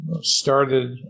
started